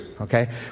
Okay